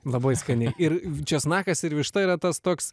labai skaniai ir česnakas ir višta yra tas toks